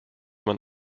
man